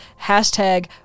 Hashtag